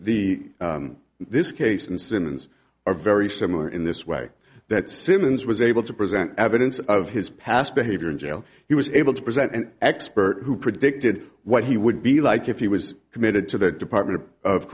the this case and simmons are very similar in this way that simmons was able to present evidence of his past behavior in jail he was able to present an expert who predicted what he would be like if he was committed to the department of